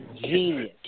Genius